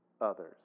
others